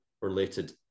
related